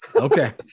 Okay